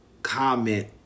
Comment